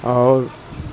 اور